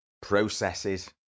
processes